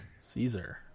Caesar